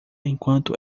enquanto